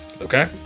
Okay